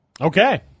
Okay